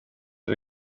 och